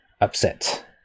upset